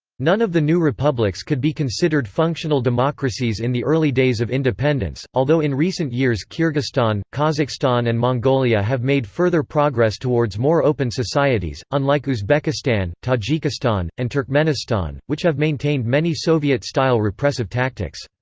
none of the new republics could be considered functional democracies in the early days of independence, although in recent years kyrgyzstan, kazakhstan and mongolia have made further progress towards more open societies, unlike uzbekistan, tajikistan, and turkmenistan, which have maintained many soviet-style repressive tactics.